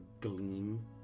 gleam